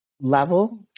level